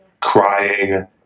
crying